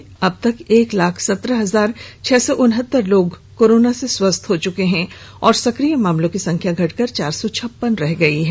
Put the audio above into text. राज्य में अबतक एक लाख सत्रह हजार छह सौ उनहतर लोग कोरोना से स्वस्थ हो चुके हैं और संक्रिय मामलों की संख्या घटकर चार सौ छप्पन रह गई है